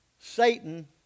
Satan